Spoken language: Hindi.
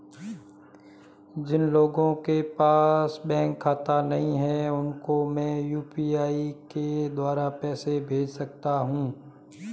जिन लोगों के पास बैंक खाता नहीं है उसको मैं यू.पी.आई के द्वारा पैसे भेज सकता हूं?